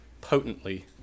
potently